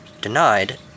denied